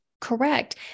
correct